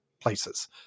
Places